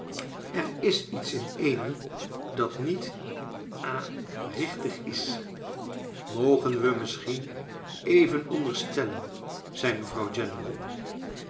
er is iets in amy dat niet ha richtig is mogen we misschien even onderstellen zei mevrouw general